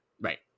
Right